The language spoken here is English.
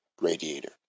radiator